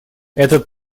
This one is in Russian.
этот